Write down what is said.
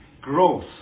growth